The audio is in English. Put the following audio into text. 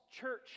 church